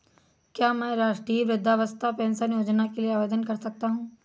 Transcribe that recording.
क्या मैं राष्ट्रीय वृद्धावस्था पेंशन योजना के लिए आवेदन कर सकता हूँ?